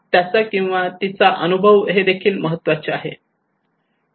त्याचा किंवा तिचा अनुभव हे देखील महत्त्वाचे आहे